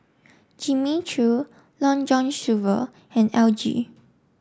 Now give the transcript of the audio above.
Jimmy Choo Long John Silver and L G